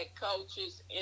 coaches